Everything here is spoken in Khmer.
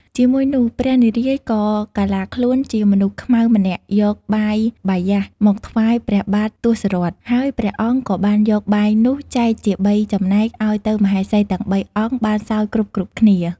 ជាមួយ នោះព្រះនារាយណ៍ក៏កាឡាខ្លួនជាមនុស្សខ្មៅម្នាក់យក បាយបាយាស មកថ្វាយព្រះបាទ ទសរថ ហើយព្រះអង្គក៏បានយកបាយនោះចែកជាបីចំណែក ឱ្យទៅមហេសីទាំងបីអង្គបាន សោយ គ្រប់ៗគ្នា។